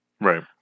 Right